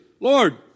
Lord